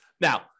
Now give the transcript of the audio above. Now